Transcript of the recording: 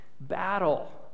battle